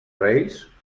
reis